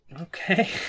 Okay